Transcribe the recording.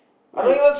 why